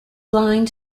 blind